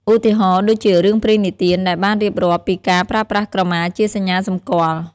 ឧទាហរណ៍ដូចជារឿងព្រេងនិទានដែលបានរៀបរាប់ពីការប្រើប្រាស់ក្រមាជាសញ្ញាសម្គាល់។